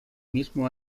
mismo